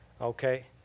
Okay